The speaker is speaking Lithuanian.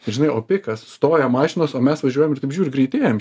žinai o pikas stoja mašinos o mes važiuojam ir kaip žiūriu greitėjam